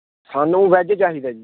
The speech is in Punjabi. ਸਾਨੂੰ ਵੈਜ ਚਾਹੀਦਾ ਜੀ